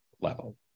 level